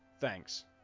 Thanks